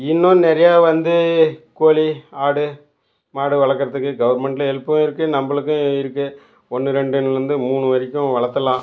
இன்னும் நிறைய வந்து கோழி ஆடு மாடு வளர்க்கறதுக்கு கவர்மெண்டில் ஹெல்ப்பும் இருக்குது நம்பளுக்கும் இருக்குது ஒன்று ரெண்டில் இருந்து மூணு வரைக்கும் வளர்த்தலாம்